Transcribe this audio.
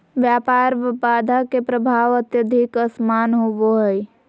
व्यापार बाधा के प्रभाव अत्यधिक असमान होबो हइ